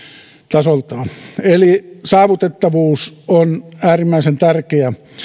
tasoltaan eli saavutettavuus on äärimmäisen tärkeää